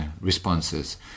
responses